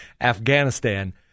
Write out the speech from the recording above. Afghanistan